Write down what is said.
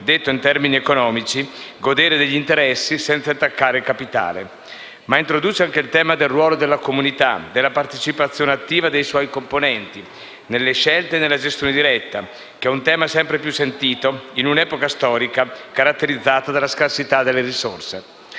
detto in termini economici, di come godere degli interessi senza intaccare il capitale. Introduce anche il tema del ruolo della comunità e della partecipazione attiva dei suoi componenti nelle scelte e nella gestione diretta, che è un tema sempre più sentito in un'epoca storica caratterizzata dalla scarsità delle risorse.